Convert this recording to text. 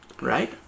right